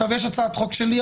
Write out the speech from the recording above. עכשיו יש הצעת חוק שלי,